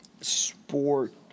sport